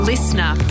Listener